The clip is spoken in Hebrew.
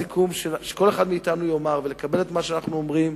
שכל אחד מאתנו יאמר, ולקבל את מה שאנחנו אומרים